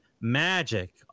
Magic